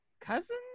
cousin